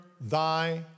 thy